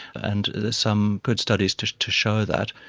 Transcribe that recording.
and there's some good studies to to show that.